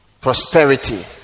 prosperity